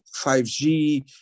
5G